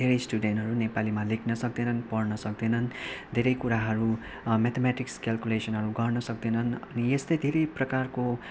धेरै स्टुडेन्टेहरू नेपालीमा लेख्न सक्दैनन् पढ्न सक्दैनन् धेरै कुराहरू म्याथमेटिक्स क्यालकुलेसनहरू गर्न सक्दैनन् अनि यस्तै धेरै प्रकारको